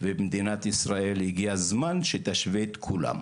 ומדינת ישראל הגיע הזמן שתשווה את כולם.